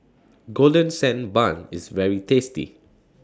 Golden Sand Bun IS very tasty